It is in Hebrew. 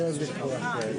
טוב, שלום.